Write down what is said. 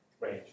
range